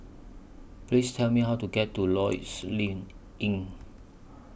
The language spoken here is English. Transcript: Please Tell Me How to get to Lloyds Inn